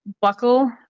buckle